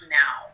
now